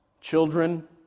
children